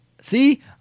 See